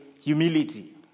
humility